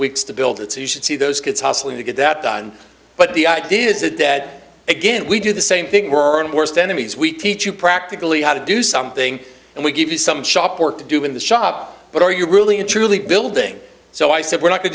weeks to build it so you should see those kids hustling to get that done but the idea is that that again we do the same thing we're in worst enemies we teach you practically how to do something and we give you some shop work to do in the shop but are you really in truly building so i said we're not